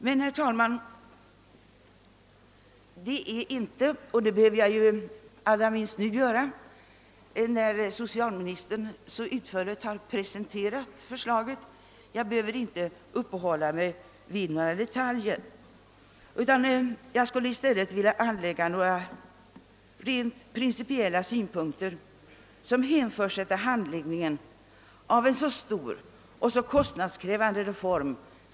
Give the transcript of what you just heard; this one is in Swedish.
Jag behöver emellertid inte uppehålla mig vid några detaljer, allra minst nu när socialministern så utförligt har presenterat förslaget. Jag skulle i stället vilja anföra några rent principiella synpunkter på denna stora och kostnadskrävande reform.